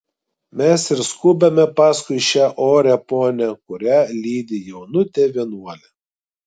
mes ir skubame paskui šią orią ponią kurią lydi jaunutė vienuolė